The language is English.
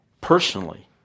personally